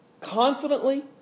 confidently